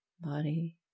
body